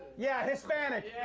yeah, hispanic.